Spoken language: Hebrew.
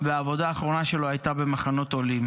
והעבודה האחרונה שלו הייתה במחנות העולים.